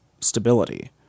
stability